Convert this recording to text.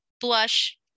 blush